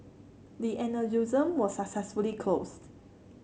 the aneurysm was successfully closed